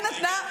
היא נתנה,